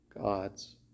gods